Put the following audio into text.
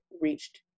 reached